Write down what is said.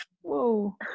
whoa